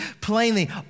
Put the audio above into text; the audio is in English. plainly